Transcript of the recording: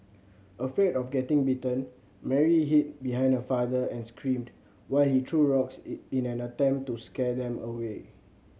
afraid of getting bitten Mary hid behind her father and screamed while he threw rocks in an attempt to scare them away